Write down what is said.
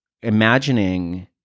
imagining